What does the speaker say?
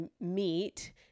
meet